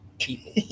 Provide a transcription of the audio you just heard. people